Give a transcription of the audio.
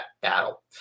battle